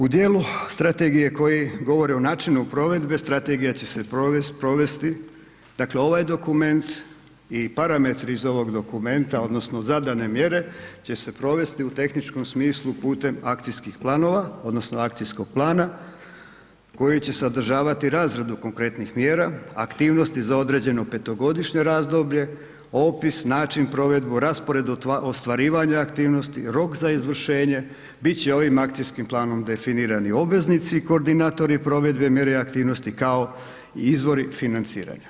U dijelu strategije koji govori o načinu provedbe, strategija će se provesti, dakle ovaj dokument i parametri iz ovog dokumenta odnosno zadane mjere će se provesti u tehničkom smislu putem akcijskih planova, odnosno akcijskog plana koji će sadržavati razradu konkretnih mjera, aktivnosti za određeno petogodišnje razdoblje, opis, način provedbe, raspored ostvarivanja aktivnosti, rok za izvršenje bit će ovim akcijskim planom definirani obveznici, koordinatori provedbi mjere aktivnosti, kao i izvori financiranja.